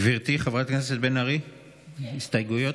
גברתי חברת הכנסת בן ארי, הסתייגויות.